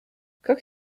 как